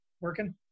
working